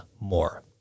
more